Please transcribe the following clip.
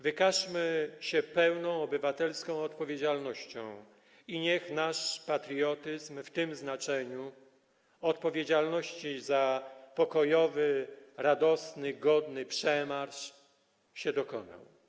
Wykażmy się pełną obywatelską odpowiedzialnością i niech nasz patriotyzm w tym znaczeniu odpowiedzialności za pokojowy, radosny, godny przemarsz się dokona.